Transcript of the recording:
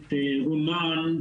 את ארגון מען,